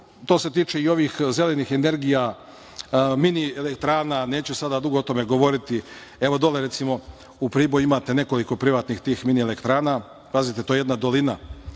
to se tiče i ovih zelenih energija, mini-elektrana, itd. Neću sada dugo o tome govoriti, ali, recimo, dole u Priboju imate nekoliko privatnih mini-elektrana. Pazite, to je jedna dolina